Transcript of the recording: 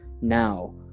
Now